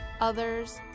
others